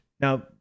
Now